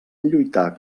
lluitar